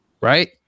right